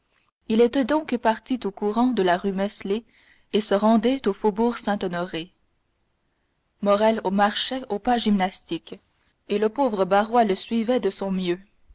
il était donc parti tout courant de la rue meslay et se rendait au faubourg saint-honoré morrel marchait au pas gymnastique et le pauvre barrois le suivait de son mieux